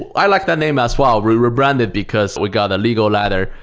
i like that name as well. we rebranded because we got a legal letter.